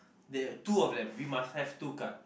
there two of them we must have two card